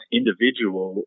individual